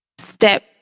Step